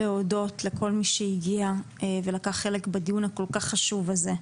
אני רוצה להודות לכל מי שהגיע ולקח חלק בדיון הכול כך חשוב הזה.